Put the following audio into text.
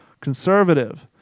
Conservative